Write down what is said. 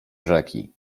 rzeki